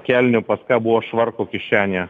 kelnių pas ką buvo švarko kišenėje